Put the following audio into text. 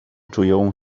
czują